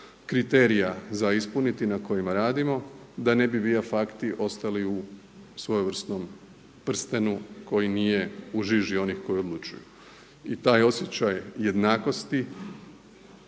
kriterija za ispuniti na kojima radimo da ne bi via facti ostali u svojevrsnom prstenu koji nije u žiži onih koji odlučuju. I taj osjećaj jednakosti